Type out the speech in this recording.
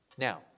Now